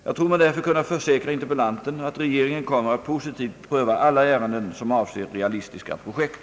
Jag tror mig därför kunna försäkra interpellanten att regeringen kommer att positivt pröva alla ärenden som avser realistiska projekt.